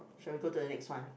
shall we go to the next one